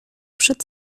przed